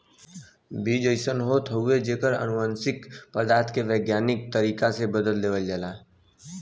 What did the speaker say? बीज अइसन होत हउवे जेकर अनुवांशिक पदार्थ के वैज्ञानिक तरीका से बदल देहल जाला